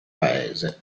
paese